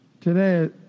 Today